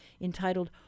entitled